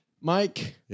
Mike